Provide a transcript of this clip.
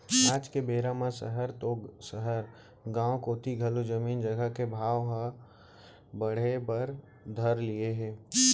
आज के बेरा म सहर तो सहर गॉंव कोती घलौ जमीन जघा के भाव हर बढ़े बर धर लिये हे